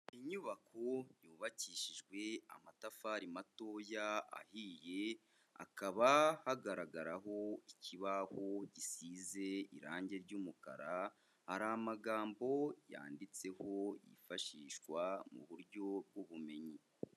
Inyubako yubakishijwe amatafari matoya ahiye, hakaba hagaragaraho ikibaho gisize irangi ry'umukara, hari amagambo yanditseho yifashishwa mu buryo bw'ubumenyi.